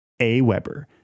AWeber